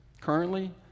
currently